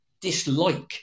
dislike